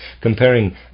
Comparing